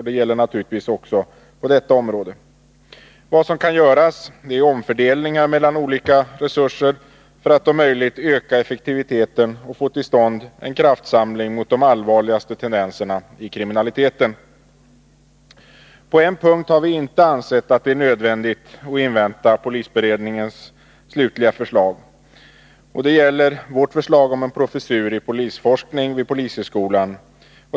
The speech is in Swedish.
Det gäller naturligtvis också på detta område. Vad som kan göras är omfördelningar mellan olika resurser för att om möjligt öka effektiviteten och få till stånd en kraftsamling mot de allvarligaste tendenserna i kriminaliteten. På en punkt har vi inte ansett att det är nödvändigt att invänta polisberedningens slutliga förslag, och det gäller vårt förslag om en professur i polisforskning vid polishögskolan.